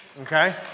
Okay